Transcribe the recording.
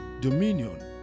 dominion